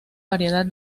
variedad